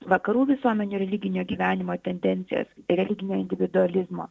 vakarų visuomenių religinio gyvenimo tendencijas religinio individualizmo